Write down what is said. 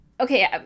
okay